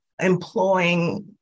employing